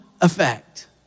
effect